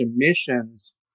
emissions